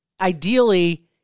ideally